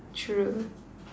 true